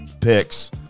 picks